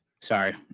Sorry